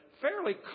fairly